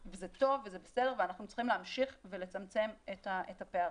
וזה טוב וזה בסדר ואנחנו צריכים להמשיך ולצמצם את הפערים.